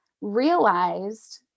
realized